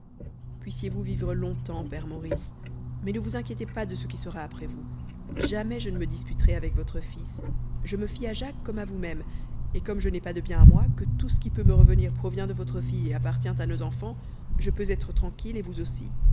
puissiez-vous vivre longtemps père maurice mais ne vous inquiétez pas de ce qui sera après vous jamais je ne me disputerai avec votre fils je me fie à jacques comme à vousmême et comme je n'ai pas de bien à moi que tout ce qui peut me revenir provient de votre fille et appartient à nos enfants je peux être tranquille et vous aussi